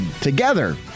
together